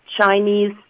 Chinese